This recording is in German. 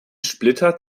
splitter